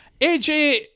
AJ